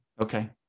Okay